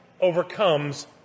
overcomes